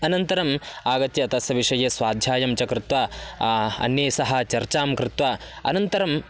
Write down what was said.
अनन्तरम् आगत्य तस्य विषये स्वाध्यायं च कृत्वा अन्यैः सह चर्चां कृत्वा अनन्तरं